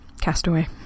Castaway